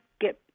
get